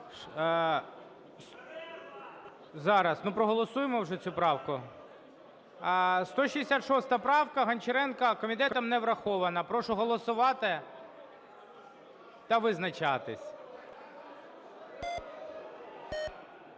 Зараз. Проголосуємо вже цю правку. 166 правка Гончаренка, комітетом не врахована. Прошу голосувати та визначатись.